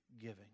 giving